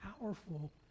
powerful